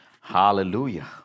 hallelujah